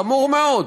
חמור מאוד.